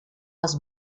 als